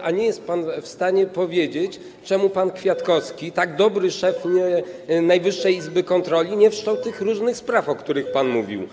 a nie jest pan w stanie powiedzieć, czemu pan Kwiatkowski, tak dobry szef Najwyższej Izby Kontroli, nie wszczął tych różnych spraw, o których pan mówił.